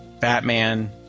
Batman